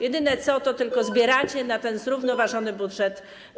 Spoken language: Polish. Jedyne co, to tylko zbieracie podatki na ten zrównoważony budżet.